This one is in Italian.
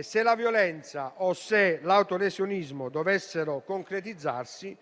Se la violenza o l'autolesionismo dovessero concretizzarsi,